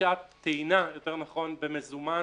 רכישת טעינה, יותר נכון, במזומן,